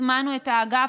הטמענו את האגף,